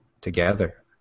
together